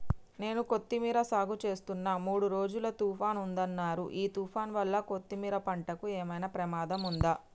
నేను కొత్తిమీర సాగుచేస్తున్న మూడు రోజులు తుఫాన్ ఉందన్నరు ఈ తుఫాన్ వల్ల కొత్తిమీర పంటకు ఏమైనా ప్రమాదం ఉందా?